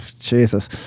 Jesus